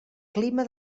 clima